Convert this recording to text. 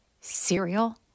cereal